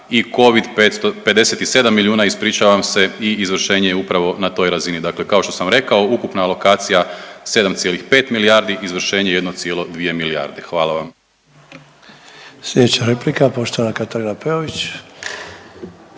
i covid 57 milijuna, ispričavam se i izvršenje je upravo na toj razini. Dakle, kao što sam rekao ukupna alokacija 7,5 milijardi, izvršenje 1,2 milijarde. Hvala vam. **Sanader, Ante (HDZ)** Sljedeća replika poštovana Katarina Peović.